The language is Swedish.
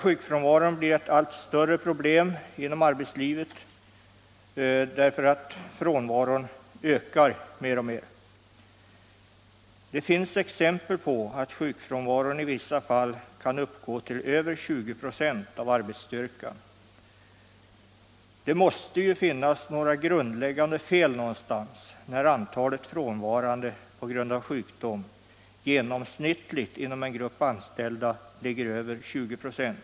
Sjukfrånvaron blir ett allt större problem inom arbetslivet därför att frånvaron ökar mer och mer. Det finns exempel på att sjukfrånvaron i vissa fall kan uppgå till över 20 96 av arbetsstyrkan. Det måste finnas några grundläggande fel någonstans, när antalet frånvarande på grund av sjukdom genomsnittligt inom en grupp anställda ligger över 20 96.